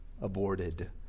aborted